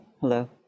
hello